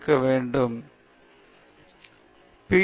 எனவே இது பி